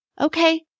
Okay